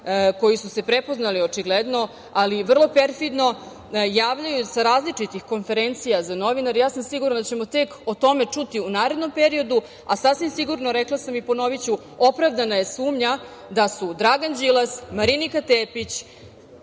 koji su se prepoznali očigledno, ali i vrlo perfidno javljaju sa različitih konferencija za novinare, ja sam sigurna da ćemo tek o tome čuti u narednom periodu, a sasvim sigurno rekla sam i ponoviću, opravdana je sumnja da su Dragan Đilas, Marinika Tepić,